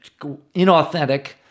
inauthentic